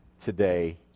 today